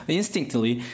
instinctively